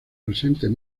presentes